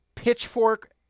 Pitchfork